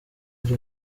ari